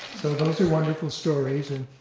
so those are wonderful stories, and